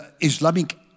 Islamic